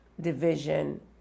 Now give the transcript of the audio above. division